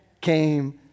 came